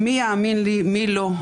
מי יאמין לי, מי לא?